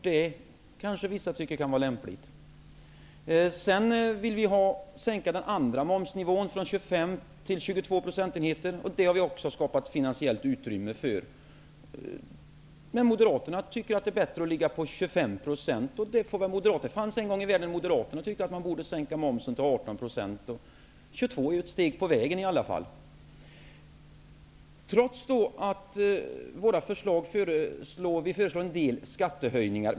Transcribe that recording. Det kanske vissa tycker är lämpligt. Vi vill sänka den andra momsnivån från 25 till 22 procentenheter. Det har vi också skapat finansiellt utrymme för. Men Moderaterna tycker att det är bättre att ligga på 25 %. Det fanns en gång i världen moderater som tyckte att momsen borde sänkas till 18 %. 22 % är i alla fall ett steg på vägen. Vi föreslår en del skattehöjningar.